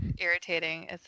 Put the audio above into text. irritating